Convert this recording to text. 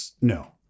no